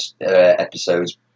episodes